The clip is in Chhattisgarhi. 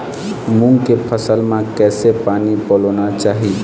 मूंग के फसल म किसे पानी पलोना चाही?